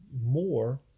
more